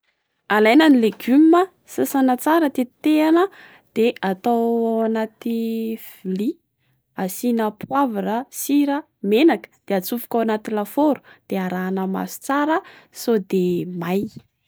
Alaina ny legioma ,sasana tsara, tetehana, de atao ao anaty vilia. Asiana poivre sira menaka de atsofoka ao anaty lafôro de arahana maso tsara sao dia may.